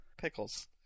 Pickles